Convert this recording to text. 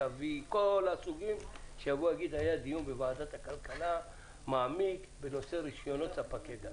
קווי שיגיד שהיה דיון מעמיק בוועדת הכלכלה בנושא רישיונות ספקי גז.